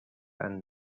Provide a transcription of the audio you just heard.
and